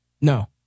No